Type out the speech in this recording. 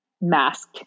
mask